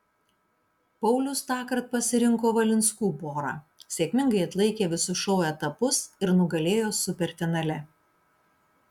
paulius tąkart pasirinko valinskų porą sėkmingai atlaikė visus šou etapus ir nugalėjo superfinale